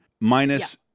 minus